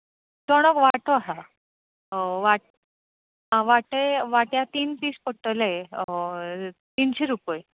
चोणोक वांटो आसा वांट्याक तीन पीस पडटले तिनशी रुपय